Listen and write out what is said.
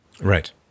right